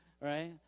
right